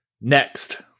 Next